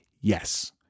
Yes